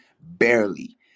Barely